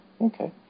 okay